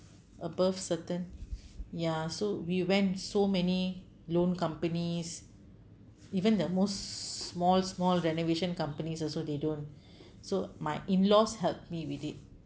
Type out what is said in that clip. above certain ya so we went so many loan companies even the most small small renovation companies also they don't so my in laws helped me with it